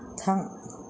थां